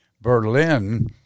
Berlin